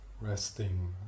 resting